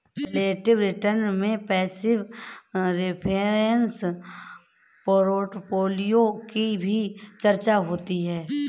relative return में passive reference portfolio की भी चर्चा होती है